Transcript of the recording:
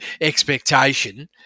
expectation